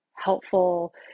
Helpful